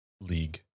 league